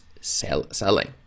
selling